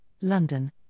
London